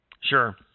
Sure